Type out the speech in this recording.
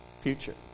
future